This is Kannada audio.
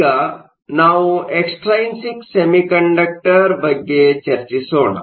ಈಗ ನಾವು ಎಕ್ಸ್ಟೈನ್ಸಿಕ್ ಸೆಮಿಕಂಡಕ್ಟರ್ ಬಗ್ಗೆ ಚರ್ಚಿಸೋಣ